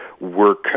work